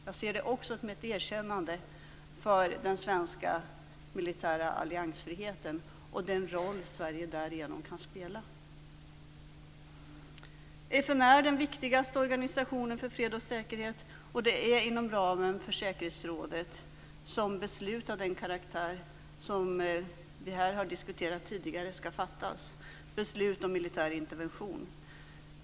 Jag ser det också som ett erkännande för den svenska militära alliansfriheten och den roll Sverige därigenom kan spela. FN är den viktigaste organisationen för fred och säkerhet. Det är inom ramen för säkerhetsrådet som beslut av den karaktär som vi här tidigare diskuterat skall fattas, beslut om militär intervention.